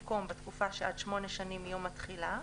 במקום "בתקופה שעד שמונה שנים מיום התחילה"